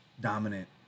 dominant